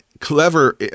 clever